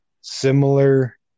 similar